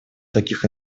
таких